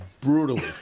brutally